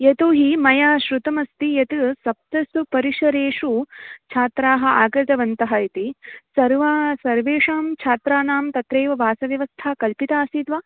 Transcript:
यतो हि मया शृतमस्ति यत् सप्तसु परिसरेष छात्राः आगतवन्तः इति सर्वाः सर्वेषां छात्राणां तत्रैव वासव्यवस्था कल्पिता आसीत् वा